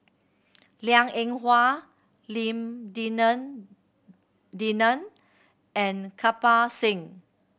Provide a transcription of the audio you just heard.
Liang Eng Hwa Lim Denan Denon and Kirpal Singh